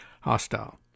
hostile